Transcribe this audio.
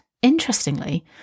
Interestingly